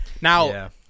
Now